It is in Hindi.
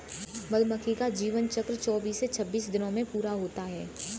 मधुमक्खी का जीवन चक्र चौबीस से छब्बीस दिनों में पूरा होता है